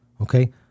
Okay